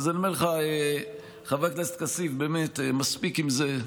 אני אומר לך, חבר הכנסת כסיף, באמת מספיק עם זה.